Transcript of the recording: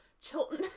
chilton